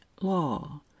law